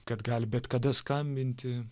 kad gali bet kada skambinti